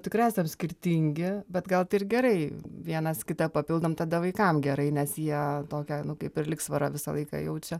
tikrai esam skirtingi bet gal tai ir gerai vienas kitą papildom tada vaikam gerai nes jie tokią kaip ir ligsvarą visą laiką jaučia